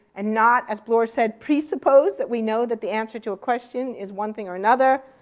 and not, as bloor said, presuppose that we know that the answer to a question is one thing or another.